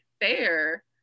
fair